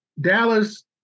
Dallas